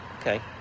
Okay